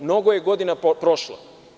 Mnogo je godina prošlo.